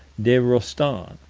de rostan,